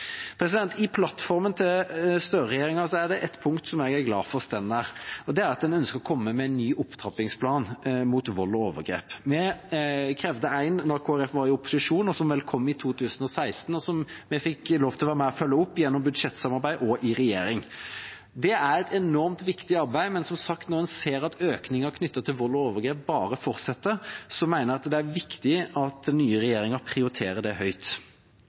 I plattformen til Støre-regjeringa er det ett punkt jeg er glad for står der. Det er at man ønsker å komme med en ny opptrappingsplan mot vold og overgrep. Vi krevde en da Kristelig Folkeparti var i opposisjon. Den kom i 2016, og vi fikk lov til å være med på å følge den opp gjennom budsjettsamarbeid og i regjering. Det er et enormt viktig arbeid, men – som sagt – når man ser at økningen knyttet til vold og overgrep bare fortsetter, mener jeg det er viktig at den nye regjeringa prioriterer det høyt.